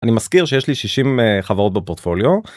אני מזכיר שיש לי 60 חברות בפורטפוליו.